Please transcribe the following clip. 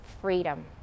freedom